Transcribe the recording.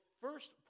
first